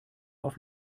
auf